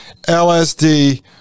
LSD